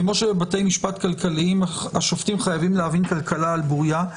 כמו שבבתי משפט כלכליים השופטים חייבים להבין כלכלה על בוריה,